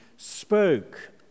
spoke